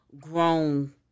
grown